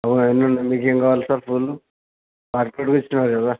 ఓ అవన్నీ ఉన్నాయి మీకు ఏం కావాలి సార్ పూలు మార్కెట్కి వచ్చారు కదా